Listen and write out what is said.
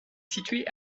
situé